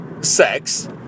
sex